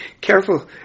careful